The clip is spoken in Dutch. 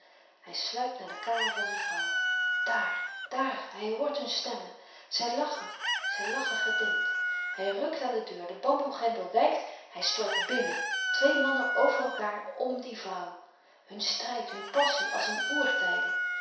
hij sluipt naar de kamer van zijn vrouw dàar dàar hij hoort hun stemmen zij lachen zij lachen gedempt hij rukt aan de deur de bamboe grendel wijkt hij stort bnnen de twee mannen over elkaâr om die vrouw hun strijd hun passie als in oertijden